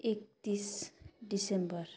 एकतिस डिसेम्बर